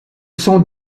sont